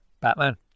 Batman